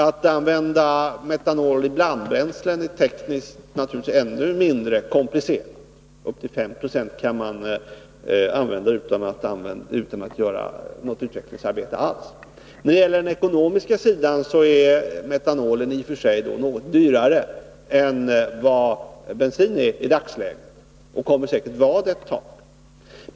Att använda metanol i blandbränslen är naturligtvis tekniskt ännu mindre komplicerat. Upp till 5 26 kan användas utan något utvecklingsarbete alls. När det gäller den ekonomiska sidan är metanol i och för sig något dyrare än vad bensin är i dagsläget och kommer säkert att vara det ett tag framöver.